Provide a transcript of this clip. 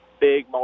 big